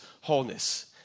wholeness